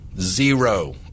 Zero